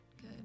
good